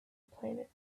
planet